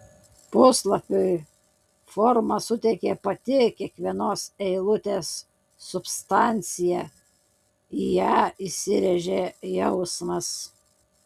puslapiui formą suteikė pati kiekvienos eilutės substancija į ją įsirėžė jausmas